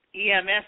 EMS